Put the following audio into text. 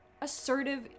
assertive